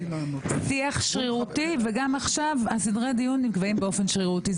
שיח שרירותי ועכשיו גם סדרי-הדיון נקבעים באופן שרירותי.